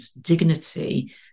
dignity